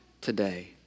today